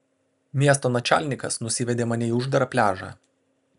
miesto načalnikas nusivedė mane į uždarą pliažą